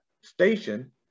station